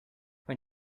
when